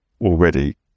already